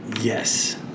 Yes